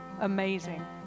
amazing